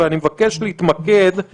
ואני מבקש להתמקד.